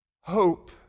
Hope